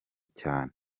cyane